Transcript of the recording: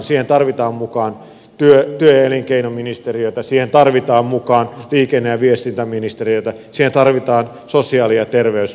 siihen tarvitaan mukaan työ ja elinkeinoministeriötä siihen tarvitaan mukaan liikenne ja viestintäministeriötä siihen tarvitaan sosiaali ja terveysministeriötä